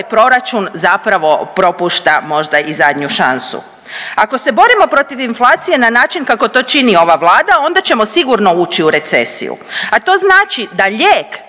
proračun zapravo propušta možda i zadnju šansu. Ako se borimo protiv inflacije na način kako to čini ova Vlada onda ćemo sigurno ući u recesiju, a to znači da lijek